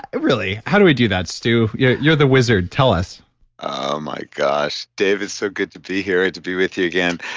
really, how do we do that stew? you're you're the wizard, tell us oh my gosh dave it's so good to be here and to be with you again.